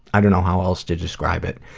i don't know how else to describe it.